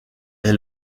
est